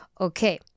Okay